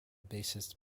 bassist